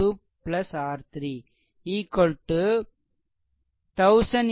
எனவே R1 R2 R3 1800100 18 Ω